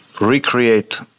recreate